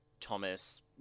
Thomas